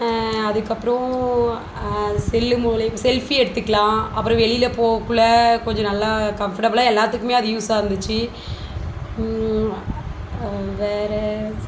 அதுக்கு அப்புறம் செல்லு மூலியம் செல்ஃபி எடுத்துக்கலாம் அப்புறம் வெளியில் போகக்குள்ள கொஞ்சம் நல்லா கம்பர்ட்டஃபுலா எல்லாத்துக்குமே அது யூஸாக இருந்துச்சு வேற